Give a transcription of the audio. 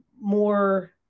more